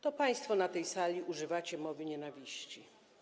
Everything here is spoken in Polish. To państwo na tej sali używacie mowy nienawiści.